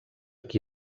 qui